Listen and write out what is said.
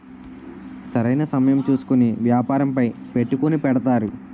సరైన సమయం చూసుకొని వ్యాపారంపై పెట్టుకుని పెడతారు